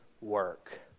work